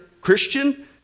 Christian